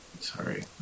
Sorry